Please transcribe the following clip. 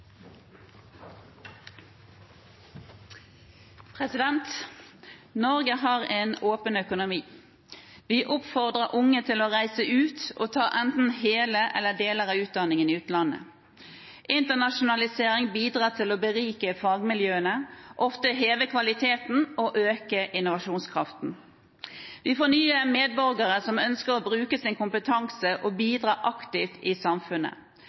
ta enten hele eller deler av utdanningen sin i utlandet. Internasjonalisering bidrar til å berike fagmiljøene, heve kvaliteten og øke innovasjonskraften. Vi får nye medborgere som ønsker å bruke sin kompetanse og bidra aktivt i samfunnet.